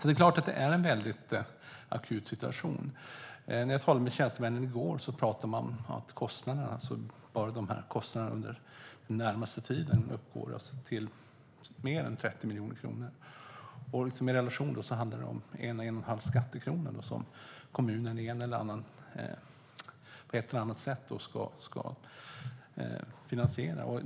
Det är klart att det är en akut situation. När jag talade med tjänstemännen i går sa man att kostnaden under den närmaste tiden uppgår till mer än 30 miljoner kronor. Det innebär att kommunen ska använda 1-1 1⁄2 skattekrona för att finansiera detta.